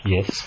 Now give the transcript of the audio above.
Yes